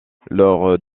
lors